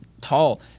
tall